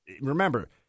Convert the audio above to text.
remember